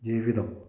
ജീവിതം